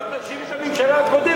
כבר תאשים את הממשלה הקודמת.